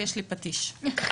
הישיבה ננעלה בשעה